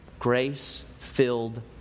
grace-filled